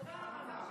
תודה רבה לך.